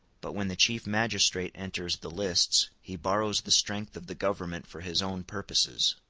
but when the chief magistrate enters the lists, he borrows the strength of the government for his own purposes.